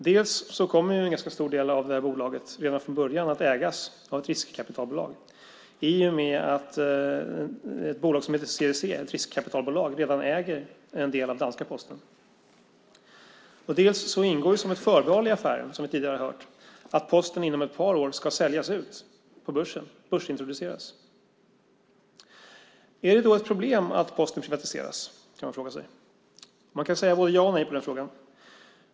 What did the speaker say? Dels kommer en ganska stor del av bolaget att redan från början ägas av ett riskkapitalbolag i och med att ett riskkapitalbolag som heter CVC äger en del av danska Posten, dels ingår som ett förbehåll i affären, som vi tidigare hört, att Posten inom ett par år ska säljas ut på börsen, börsintroduceras. Är det ett problem att Posten privatiseras? Man kan svara både ja och nej på den frågan.